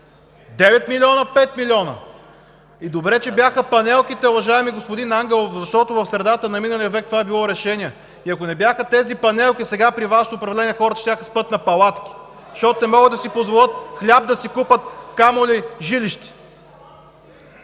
9 милиона – 5 милиона! Добре че бяха панелките, уважаеми господин Ангелов, защото в средата на миналия век това е било решение. Ако не бяха тези панелки, сега при Вашето управление хората щяха да спят на палатки (шум и реплики от ГЕРБ и ОП), защото не могат да си позволят хляб да си купят, камо ли жилище.